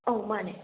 ꯑꯧ ꯃꯥꯅꯦ